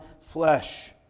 flesh